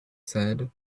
said